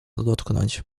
dotknąć